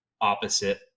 opposite